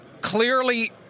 clearly